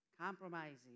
Compromising